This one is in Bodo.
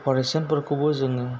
अफारेसनफोरखौबो जोङो